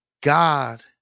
God